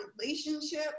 relationship